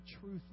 truth